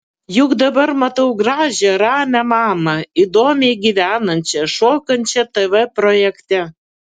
juk dabar matau gražią ramią mamą įdomiai gyvenančią šokančią tv projekte